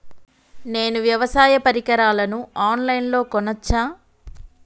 నేను వ్యవసాయ పరికరాలను ఆన్ లైన్ లో కొనచ్చా?